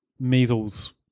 measles